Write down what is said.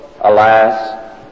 alas